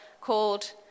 called